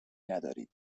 نداری